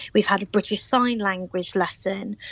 we've had a british sign language lesson,